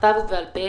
בכתב ובעל-פה,